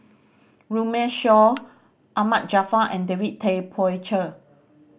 Runme Shaw Ahmad Jaafar and David Tay Poey Cher